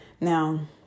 Now